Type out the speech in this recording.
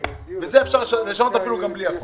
את זה אפשר לשנות גם בלי החוק.